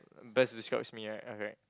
best describes me right okay